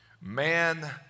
Man